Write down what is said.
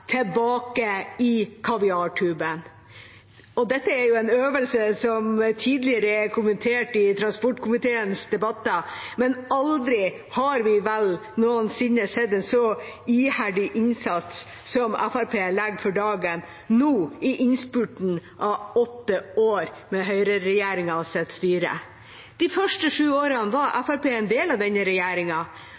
tilbake i kaviartuben. Dette er jo en øvelse som tidligere er kommentert i transportkomiteens debatter, men aldri har vi vel noensinne sett en så iherdig innsats som Fremskrittspartiet legger for dagen nå i innspurten av åtte år av høyreregjeringas styre. De første sju åra var Fremskrittspartiet en del av denne regjeringa,